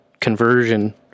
conversion